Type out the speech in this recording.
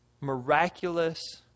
miraculous